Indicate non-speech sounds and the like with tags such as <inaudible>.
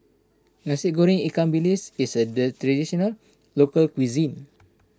Nasi Goreng Ikan Bilis is a <unintelligible> local cuisine